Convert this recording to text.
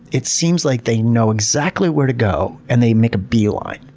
it seems like they know exactly where to go and they make a bee line.